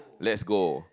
let's go